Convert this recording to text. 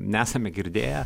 nesame girdėję